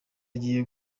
agiye